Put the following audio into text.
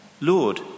Lord